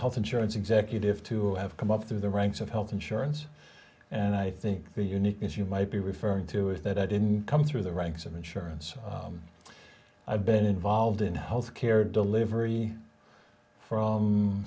health insurance executive to have come up through the ranks of health insurance and i think the uniqueness you might be referring to is that i didn't come through the ranks of insurance i've been involved in health care